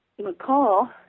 McCall